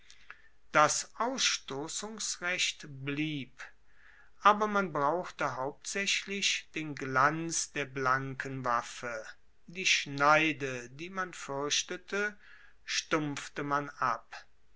das ausstossungsrecht blieb aber man brauchte hauptsaechlich den glanz der blanken waffe die schneide die man fuerchtete stumpfte man ab